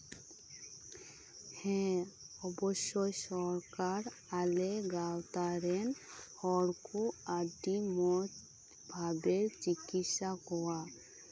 ᱦᱮᱸ ᱚᱵᱚᱥᱥᱳᱭ ᱥᱚᱨᱠᱟᱨ ᱟᱞᱮ ᱜᱟᱶᱛᱟ ᱨᱮᱱ ᱦᱚᱲ ᱠᱚ ᱟᱸᱰᱤ ᱢᱚᱸᱡᱽ ᱵᱷᱟᱵᱮ ᱪᱤᱠᱤᱪᱪᱷᱟ ᱠᱚᱣᱟᱭ